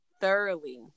thoroughly